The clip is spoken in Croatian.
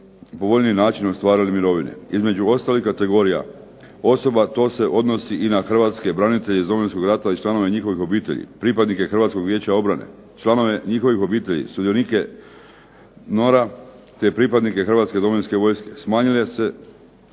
povoljniji način ostvarili mirovine. Između ostalih kategorija osoba to se odnosi i na hrvatske branitelje iz Domovinskog rata i članove njihovih obitelji, pripadnike Hrvatskog vijeća obrane, članove njihovih obitelji, sudionike NOR-a te pripadnike Hrvatske domovinske vojske. Smanjenje se